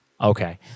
Okay